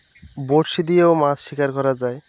বঁড়শি দিয়েও মাছ শিকার করা যায়